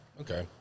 Okay